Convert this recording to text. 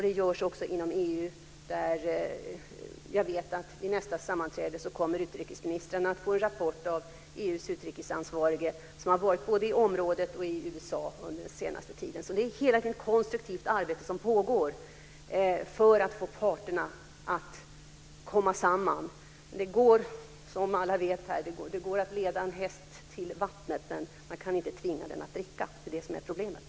Det gäller också inom EU där jag vet att utrikesministrarna på nästa sammanträde kommer att få en rapport av EU:s utrikesansvarige, som har varit både i området och i USA under den senaste tiden. Hela tiden pågår alltså ett konstruktivt arbete för att få parterna att komma samman. Som alla här vet går det att leda en häst till vattnet, men man kan inte tvinga den att dricka. Det är det som är problemet.